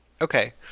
Okay